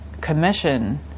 commission